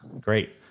Great